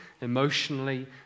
emotionally